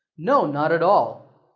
no, not at all.